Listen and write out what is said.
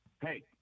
Hey